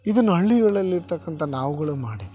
ಇದನ್ನು ಹಳ್ಳಿಗಳಲ್ಲಿರತಕ್ಕಂತ ನಾವುಗಳು ಮಾಡಿದೀವಿ